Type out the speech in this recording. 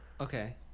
okay